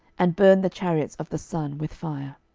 and burned the chariots of the sun with fire.